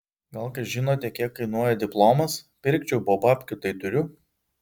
gal kas žinote kiek kainuoja diplomas pirkčiau bo babkių tai turiu